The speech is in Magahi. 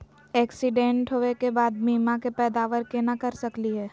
एक्सीडेंट होवे के बाद बीमा के पैदावार केना कर सकली हे?